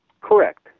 Correct